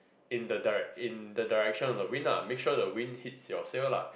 in the direct~ in the direction of the wind lah make sure the wind hits your seal lah